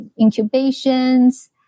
incubations